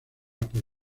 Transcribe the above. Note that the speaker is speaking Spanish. por